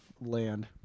land